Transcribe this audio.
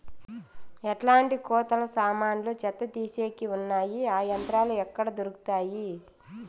ఎట్లాంటి కోతలు సామాన్లు చెత్త తీసేకి వున్నాయి? ఆ యంత్రాలు ఎక్కడ దొరుకుతాయి?